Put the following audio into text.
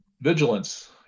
vigilance